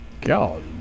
God